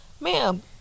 Ma'am